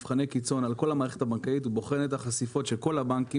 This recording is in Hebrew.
מבחני קיצון על כל המערכת הבנקאית ובוחן את החשיפות של כל הבנקים,